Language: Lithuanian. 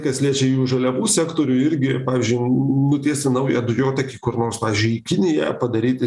kas liečia jų žaliavų sektorių irgi pavyzdžiui nutiesti naują dujotekį kur nors pavyzdžiui į kiniją padaryti